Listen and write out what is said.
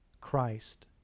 Christ